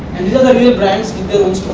and these are the real brands